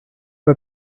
for